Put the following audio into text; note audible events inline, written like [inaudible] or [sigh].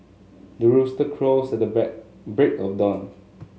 the rooster crows at the [unintelligible] break of dawn